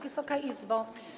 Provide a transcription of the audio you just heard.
Wysoka Izbo!